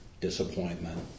disappointment